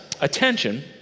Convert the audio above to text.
attention